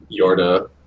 Yorda